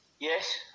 Yes